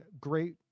great